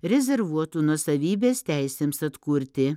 rezervuotų nuosavybės teisėms atkurti